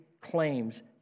claims